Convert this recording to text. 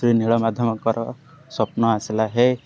ଶ୍ରୀ ନୀଳମାଧବଙ୍କର ସ୍ୱପ୍ନ ଆସିଲା ହେ